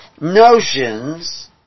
notions